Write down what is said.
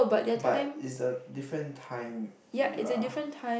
but it's a different time era